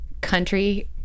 country